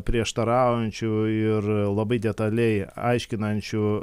prieštaraujančių ir labai detaliai aiškinančių